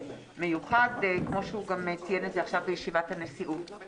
כמו שהוא ציין את זה בישיבת הנשיאות עכשיו.